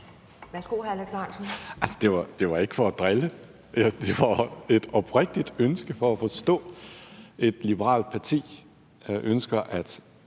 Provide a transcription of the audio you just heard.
(DF): Altså, det var ikke for at drille. Det var et oprigtigt ønske om at forstå, hvorfor et liberalt parti ønsker, at